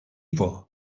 por